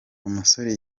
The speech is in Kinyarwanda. umusore